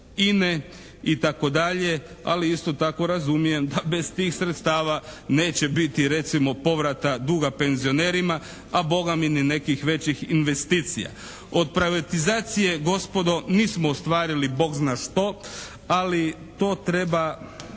INA-e itd. ali isto tako razumijem da bez tih sredstava neće biti recimo povrata duga penzionerima a bome i nekih većih investicija. Od privatizacije gospodo nismo ostvarili bog zna što ali to treba